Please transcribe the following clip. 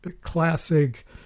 classic